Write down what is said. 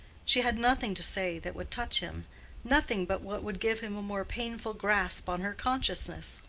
she had nothing to say that would touch him nothing but what would give him a more painful grasp on her consciousness.